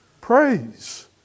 Praise